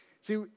See